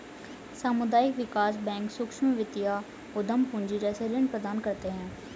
सामुदायिक विकास बैंक सूक्ष्म वित्त या उद्धम पूँजी जैसे ऋण प्रदान करते है